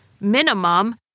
minimum